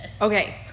okay